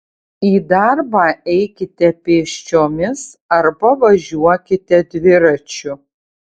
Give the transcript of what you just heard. į darbą eikite pėsčiomis arba važiuokite dviračiu